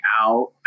out